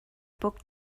book